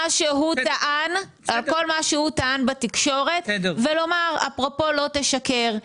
שהוא טען בתקשורת ולומר אפרופו לא תשקר.